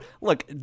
Look